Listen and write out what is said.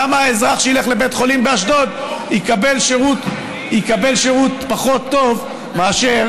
למה האזרח שילך לבית חולים באשדוד יקבל שירות פחות טוב מאשר